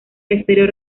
exterior